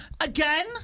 Again